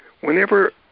whenever